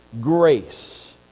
grace